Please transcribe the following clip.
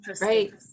Right